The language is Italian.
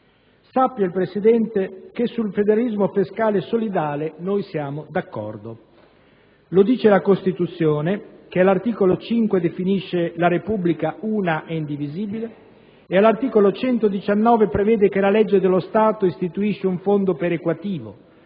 Sappia il Presidente che sul federalismo fiscale solidale noi siamo d'accordo. Lo dice la Costituzione che, all'articolo 5, definisce la Repubblica una e indivisibile e, all'articolo 119, prevede che la legge dello Stato istituisca un fondo perequativo,